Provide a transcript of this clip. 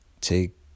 take